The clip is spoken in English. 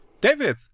david